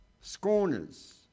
scorners